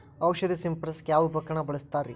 ಔಷಧಿ ಸಿಂಪಡಿಸಕ ಯಾವ ಉಪಕರಣ ಬಳಸುತ್ತಾರಿ?